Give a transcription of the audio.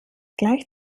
gleich